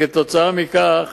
וכתוצאה מכך